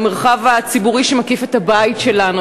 המרחב הציבורי שמקיף את הבית שלנו,